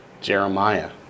Jeremiah